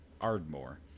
Ardmore